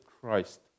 Christ